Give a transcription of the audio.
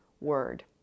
word